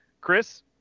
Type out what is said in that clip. Chris